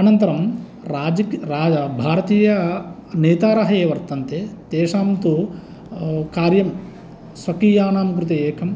अनन्तरं राज रा भारतीयनेतारः ये वर्तन्ते तेषां तु कार्यं स्वकीयानां कृते एकं